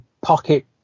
pocket